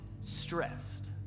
stressed